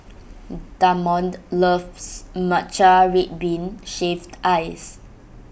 Damond loves Matcha Red Bean Shaved Ice